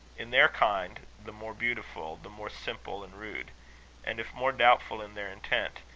in their kind the more beautiful, the more simple and rude and if more doubtful in their intent,